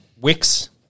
Wix